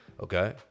Okay